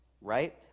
right